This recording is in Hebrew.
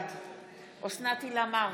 בעד אוסנת הילה מארק,